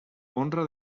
honra